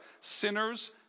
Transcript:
Sinners